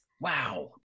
Wow